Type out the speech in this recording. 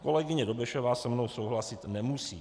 Kolegyně Dobešová se mnou souhlasit nemusí.